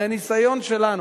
מהניסיון שלנו,